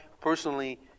personally